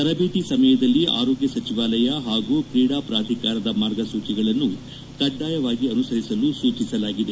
ತರಬೇತಿ ಸಮಯದಲ್ಲಿ ಆರೋಗ್ಯ ಸಚಿವಾಲಯ ಪಾಗೂ ಕ್ರೀಡಾ ಪ್ರಾಧಿಕಾರದ ಮಾರ್ಗಸೂಚಿಗಳನ್ನು ಕಡ್ಡಾಯವಾಗಿ ಅನುಸರಿಸಲು ಸೂಚಿಸಲಾಗಿದೆ